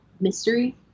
mystery